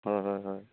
হয় হয় হয়